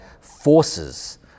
forces